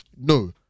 no